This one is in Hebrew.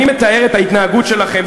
אני מתאר את ההתנהגות שלכם.